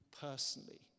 personally